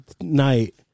night